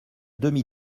demi